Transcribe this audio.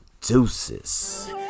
Deuces